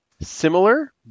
similar